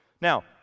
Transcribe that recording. Now